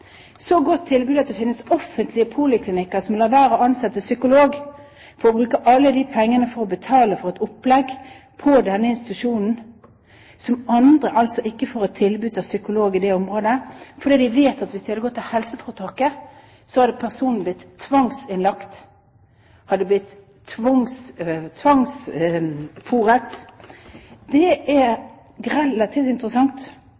så godt tilbud at det finnes offentlige poliklinikker som lar være å ansette psykolog for å bruke alle de pengene til å betale for et opplegg på denne institusjonen, mens andre altså ikke får et tilbud om psykolog i det området. De vet at hvis de hadde gått til helseforetaket, hadde personen blitt tvangsinnlagt og blitt tvangsfôret. Det er relativt interessant å oppleve at statsråden har